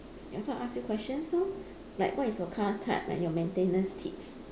ya so I ask you questions lor like what is your car type and your maintenance tips